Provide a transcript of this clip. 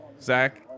Zach